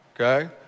okay